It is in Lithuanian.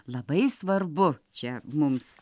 labai svarbu čia mums